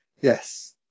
Yes